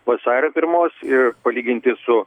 vasario pirmos ir palyginti su